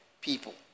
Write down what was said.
people